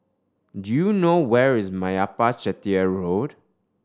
do you know where is Meyappa Chettiar Road